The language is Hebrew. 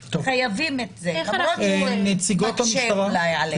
חייבים את זה, למרות שזה אולי מקשה עליכם.